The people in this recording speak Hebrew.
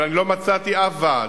אבל אני לא מצאתי אף ועד,